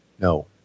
no